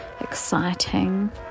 exciting